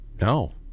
No